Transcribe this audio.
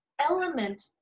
element